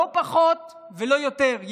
לא פחות ולא יותר,